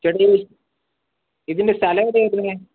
ശരി ഇതിൻ്റെ സ്ഥലം എവിടെയാണ് വരുന്നത്